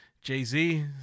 Jay-Z